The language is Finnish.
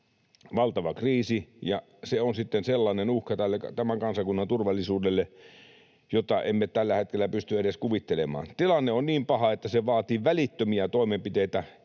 valtava kriisi, ja se on sitten sellainen uhka tämän kansakunnan turvallisuudelle, jota emme tällä hetkellä pysty edes kuvittelemaan. Tilanne on niin paha, että se vaatii välittömiä toimenpiteitä.